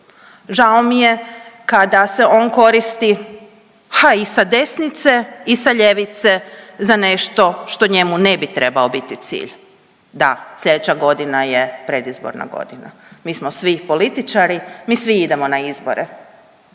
žao mi je kada se on koristi ha i sa desnice i sa ljevice za nešto što njemu ne bi trebao biti cilj. Da, slijedeća godina je predizborna godina, mi smo svi političari, mi svi idemo na izbore,